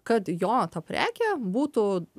kad jo ta prekė būtų